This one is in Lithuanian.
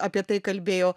apie tai kalbėjo